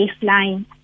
baseline